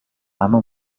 اما